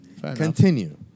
Continue